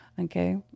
Okay